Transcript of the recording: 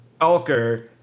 Elker